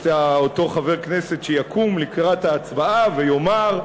את אותו חבר כנסת שיקום לקראת ההצבעה ויאמר,